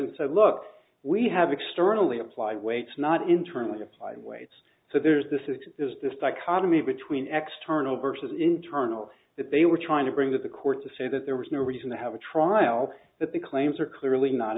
and said look we have externally applied weights not internally applied weights so there's this is this dichotomy between x turnovers internally that they were trying to bring to the court to say that there was no reason to have a trial that the claims are clearly not